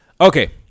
Okay